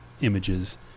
images